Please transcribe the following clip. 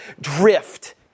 drift